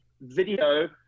video